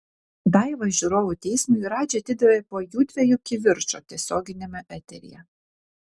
daivą žiūrovų teismui radži atidavė po jųdviejų kivirčo tiesioginiame eteryje